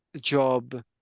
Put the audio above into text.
job